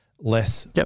less